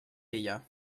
ella